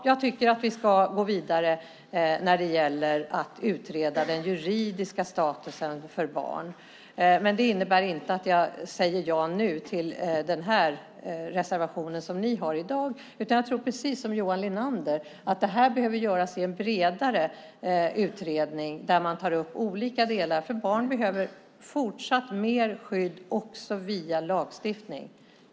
Jag tycker att vi ska gå vidare och utreda den juridiska statusen för barn, men det innebär inte att jag säger ja till den reservation som ni har i dag. Jag tror, precis som Johan Linander, att det här behöver göras i en bredare utredning där man tar upp olika delar. Barn behöver fortsatt mer skydd också via lagstiftning.